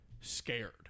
scared